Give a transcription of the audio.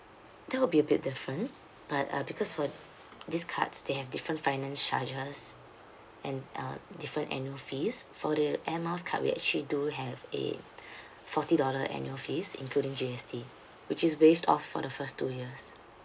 that will be a bit different but uh because for these cards they have different finance charges and uh different annual fees for the air miles card we actually do have a forty dollar annual fees including G_S_T which is waived off for the first two years